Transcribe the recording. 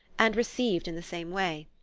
and received in the same way.